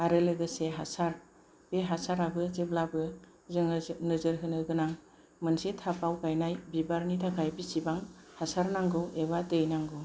आरो लोगोसे हासार बे हासाराबो जेब्लाबो जोङो नोजोर होनो गोनां मोनसे टापआव गायनाय बिबारनि थाखाय बिसिबां हासार नांगौ एबा दै नांगौ